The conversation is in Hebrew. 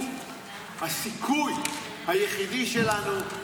הוא הסיכוי היחיד שלנו,